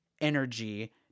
energy